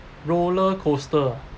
roller coaster